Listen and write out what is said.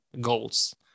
goals